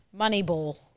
Moneyball